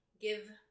give